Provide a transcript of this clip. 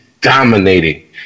dominating